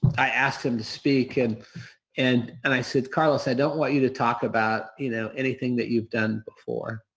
i asked him to speak. and and and i said, carlos, i don't want you to talk about you know anything that you've done before.